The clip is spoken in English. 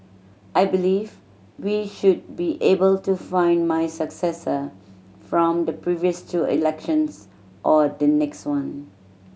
I believe we should be able to find my successor from the previous two elections or the next one